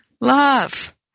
Love